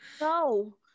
no